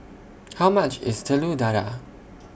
How much IS Telur Dadah